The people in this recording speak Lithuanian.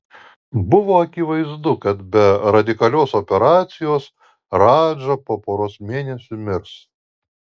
buvo akivaizdu kad be radikalios operacijos radža po poros mėnesių mirs